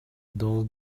dull